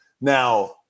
Now